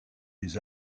des